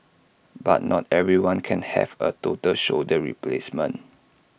but not everyone can have A total shoulder replacement